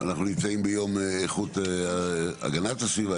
אנחנו נמצאים ביום איכות הגנת הסביבה,